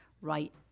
right